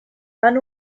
fan